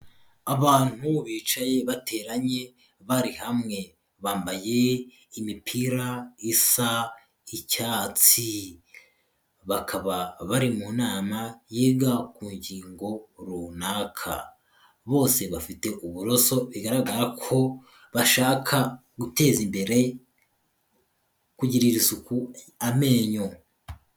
Abantu bicaye bateranye bari hamwe bambaye imipira isa icyatsi. Bakaba bari mu nama yiga ku ngingo runaka, bose bafite uburoso bigaragara ko bashaka guteza imbere kugirira isuku amenyo.